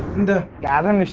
the guide them